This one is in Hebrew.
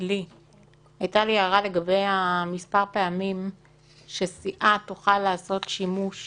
הייתה לי הערה לגבי מספר הפעמים שסיעה תוכל לעשות שימוש